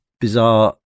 bizarre